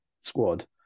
squad